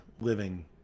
living